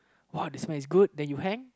uh the smell is good then you hang